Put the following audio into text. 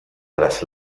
tras